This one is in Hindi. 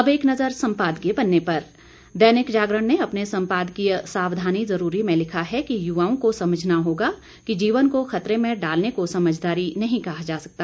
अब एक नज़र संपादकीय पन्ने पर दैनिक जागरण ने अपने सम्पादकीय सावधानी जरूरी में लिखा है कि युवाओं को समझना होगा कि जीवन को खतरे में डालने को समझदारी नहीं कहा जा सकता